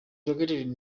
located